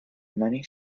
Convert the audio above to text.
many